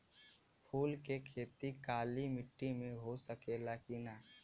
फूल के खेती काली माटी में हो सकेला की ना?